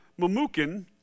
Mamukin